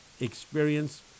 experience